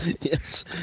Yes